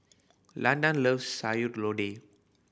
Landan loves Sayur Lodeh